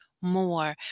more